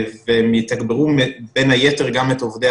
והם יתגברו בין היתר גם את עובדי